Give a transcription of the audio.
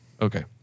okay